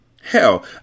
Hell